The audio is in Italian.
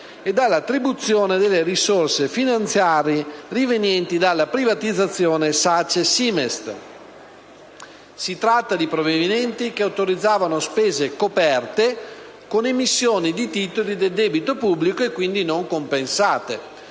all'attribuzione delle risorse finanziarie rivenienti dalla privatizzazione SACE-SIMEST. Si tratta di provvedimenti che autorizzavano spese coperte con emissioni di titoli del debito pubblico, quindi non compensate.